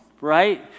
right